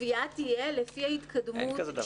הגבייה תהיה לפי ההתקדמות.